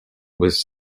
was